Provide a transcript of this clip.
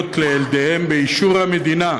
קרווילות לילדיהם באישור המדינה,